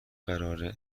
قراره